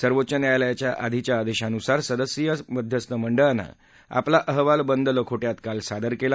सर्वोच्च न्यायालयाच्या आधीच्या आदेशानुसार सदस्यीय मध्यस्थ मंडळानं आपला अहवाल बंद लखोटयात काल सादर केला